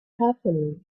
happen